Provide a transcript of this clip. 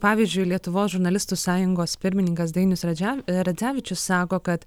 pavyzdžiui lietuvos žurnalistų sąjungos pirmininkas dainius radžem radzevičius sako kad